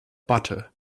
butter